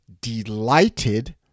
delighted